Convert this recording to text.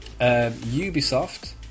Ubisoft